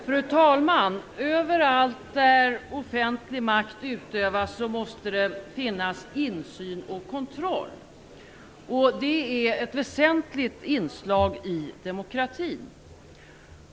Fru talman! Överallt där offentlig makt utövas måste det finnas insyn och kontroll. Det är ett väsentligt inslag i demokratin.